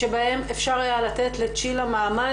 שבהן אפשר היה לתת לצ'ילה מעמד,